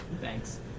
thanks